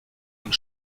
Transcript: und